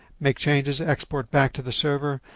make changes, export back to the server,